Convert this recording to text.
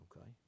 Okay